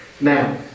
Now